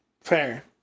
Fair